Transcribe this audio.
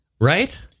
Right